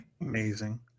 Amazing